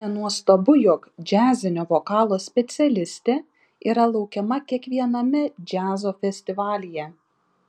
nenuostabu jog džiazinio vokalo specialistė yra laukiama kiekviename džiazo festivalyje